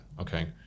Okay